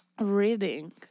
Reading